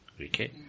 Okay